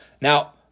Now